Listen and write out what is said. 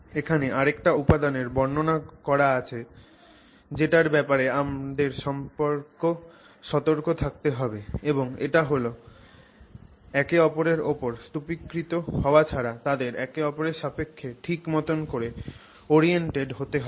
এখানে আরেকটা উপাদানের বর্ণনা করার আছে যেটার ব্যাপারে আমাদের সতর্ক থাকতে হবে এবং এটা হল একে অপরের উপর স্তুপীকৃত হওয়া ছাড়া তাদের একে অপরের সাপেক্ষে ঠিক মতন করে সাজান হতে হবে